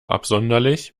absonderlich